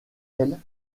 elles